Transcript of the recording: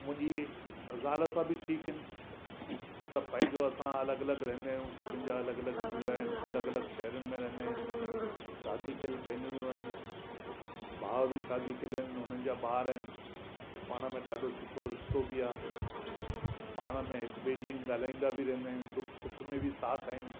मुंहिंजी ज़ाल सां बि ठीकु आहिनि सभु पंहिंजो असां अलॻि अलॻि रहंदा आहियूं सभिनि जा अलॻि अलॻि चूल्हा आहिनि अलॻि अलॻि शहरुनि में रहंदा आहियूं शादी कयल भेनरूं आहिनि भाउ बि शादी कयल आहिनि हुनजा ॿार आहिनि पाण में ॾाढो सुठो रिश्तो बि आहे पाण में हिक ॿिए जी ॻाल्हाईंदा बि रहंदा आहियूं दुख सुख में बि साथ आहियूं